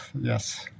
Yes